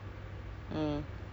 ya ya ya I